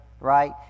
right